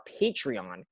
Patreon